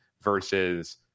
versus